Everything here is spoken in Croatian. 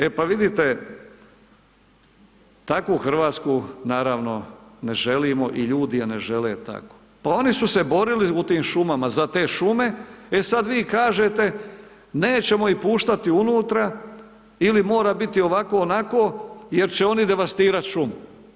E pa vidite takvu Hrvatsku naravno ne želimo i ljudi je ne žele takvu, pa oni su se borili u tim šumama za te šume, e sad vi kažete nećemo ih puštati unutra ili mora biti ovako onako jer će oni devastirat šumu.